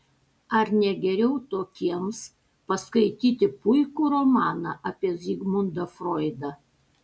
ar ne geriau tokiems paskaityti puikų romaną apie zigmundą froidą